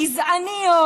גזעניות,